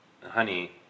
honey